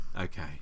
Okay